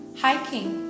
hiking